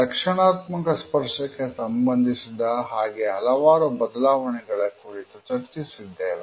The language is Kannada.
ರಕ್ಷಣಾತ್ಮಕ ಸ್ಪರ್ಶಕ್ಕೆ ಸಂಬಂಧಿಸಿದ ಹಾಗೆ ಹಲವಾರು ಬದಲಾವಣೆಗಳ ಕುರಿತು ಚರ್ಚಿಸಿದ್ದೇವೆ